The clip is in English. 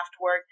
work